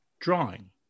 drawing